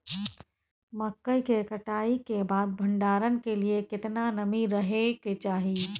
मकई के कटाई के बाद भंडारन के लिए केतना नमी रहै के चाही?